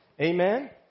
Amen